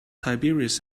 tiberius